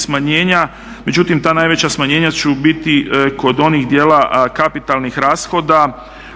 smanjenja, međutim ta najveća smanjenja ću biti kod onih dijela kapitalnih rashoda,